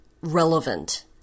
relevant